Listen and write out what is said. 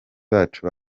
bacu